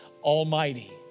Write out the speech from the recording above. almighty